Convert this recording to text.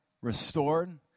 restored